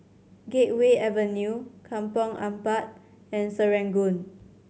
Gateway Avenue Kampong Ampat and Serangoon